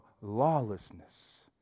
lawlessness